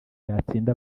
yatsinda